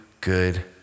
good